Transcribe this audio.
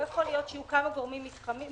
לא יכול להיות שיהיו כמה גורמים מתחרים.